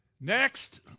next